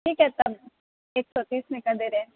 ٹھیک ہے تب ایک سو تیس میں کر دے رہے ہیں